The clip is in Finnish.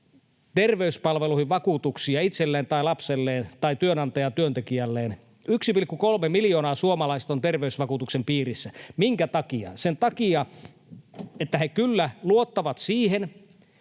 terveyspalveluihin vakuutuksia itselleen tai lapselleen tai työnantaja työntekijälleen, niin 1,3 miljoonaa suomalaista on terveysvakuutuksen piirissä. Minkä takia? Sen takia, että he kyllä luottavat siihen,